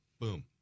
Boom